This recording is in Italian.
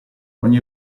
ogni